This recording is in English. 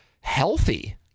healthy